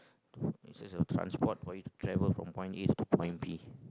it's just a transport for you to travel from point A to point B